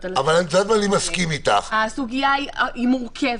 הסוגיה היא מורכבת,